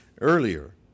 Earlier